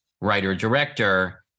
writer-director